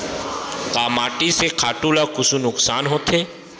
का माटी से खातु ला कुछु नुकसान होथे?